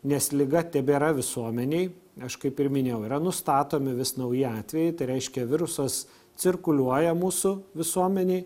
nes liga tebėra visuomenėj aš kaip ir minėjau yra nustatomi vis nauji atvejai tai reiškia virusas cirkuliuoja mūsų visuomenėj